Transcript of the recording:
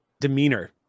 demeanor